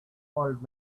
old